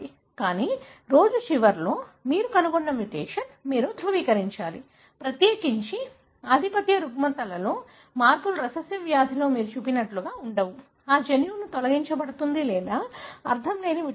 కానీ రోజు చివరిలో మీరు కనుగొన్న మ్యుటేషన్ని మీరు ధృవీకరించాలి ప్రత్యేకించి ఆధిపత్య రుగ్మతలలో మార్పులు రిసెసివ్ వ్యాధిలో మీరు చూసినట్లుగా ఉండవు ఆ జన్యువు తొలగించబడుతుంది లేదా అర్ధంలేని మ్యుటేషన్